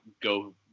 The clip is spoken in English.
go